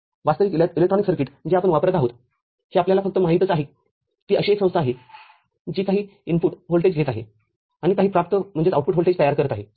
वास्तविक electronic circuit जे आपण वापरत आहोत हे आपल्याला फक्त माहितच आहेती अशी एक संस्था आहे जी काही प्रविष्ट व्होल्टेज घेत आहे आणि काही प्राप्त व्होल्टेज तयार करत आहे